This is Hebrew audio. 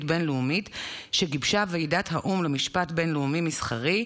בין-לאומית שגיבשה ועידת האו"ם למשפט בין-לאומי מסחרי.